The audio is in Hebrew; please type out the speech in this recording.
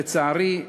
לצערי,